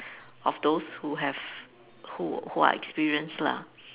of those who have who who are experienced lah